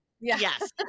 Yes